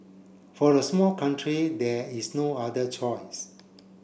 for a small country there is no other choice